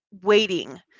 waiting